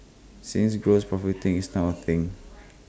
since gross profiteering is now A thing